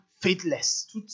faithless